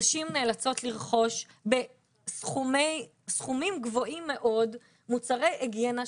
נשים נאלצות לרכוש בסכומים גבוהים מאוד מוצרי היגיינה,